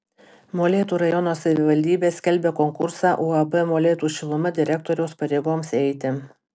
molėtų rajono savivaldybė skelbia konkursą uab molėtų šiluma direktoriaus pareigoms eiti